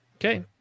Okay